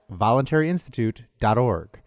voluntaryinstitute.org